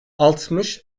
altmış